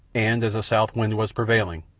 and, as a south wind was prevailing,